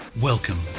Welcome